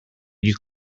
you